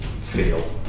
feel